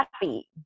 happy